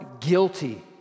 guilty